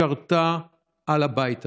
שרתה על הבית הזה.